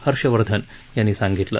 हर्षवर्धन यांनी सांगितलं